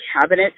cabinet